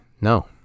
No